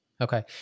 Okay